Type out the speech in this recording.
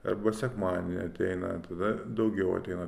arba sekmadienį ateina tada daugiau ateina